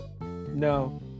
NO